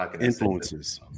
influences